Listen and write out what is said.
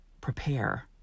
prepare